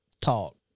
talk